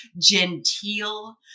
genteel